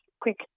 quick